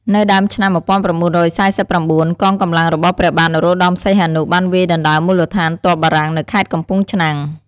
នៅដើមឆ្នាំ ១៩៤៩ កងកម្លាំងរបស់ព្រះបាទ នរោត្តមសីហនុ បានវាយដណ្ដើមមូលដ្ឋានទ័ពបារាំងនៅខេត្តកំពង់ឆ្នាំង ។